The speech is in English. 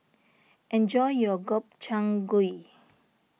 enjoy your Gobchang Gui